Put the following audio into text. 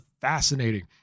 fascinating